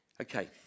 Okay